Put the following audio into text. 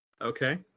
Okay